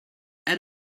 add